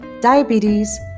diabetes